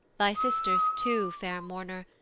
thy sisters too, fair mourner,